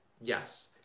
Yes